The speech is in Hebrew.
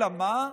אלא מה?